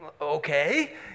okay